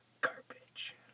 Garbage